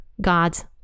God's